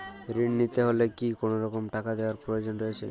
ঋণ নিতে হলে কি কোনরকম টাকা দেওয়ার প্রয়োজন রয়েছে?